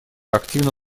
активно